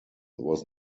was